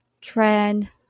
trend